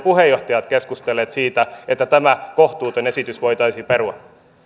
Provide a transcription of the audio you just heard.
puheenjohtajat keskustelleet siitä että tämä kohtuuton esitys voitaisiin perua